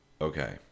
Okay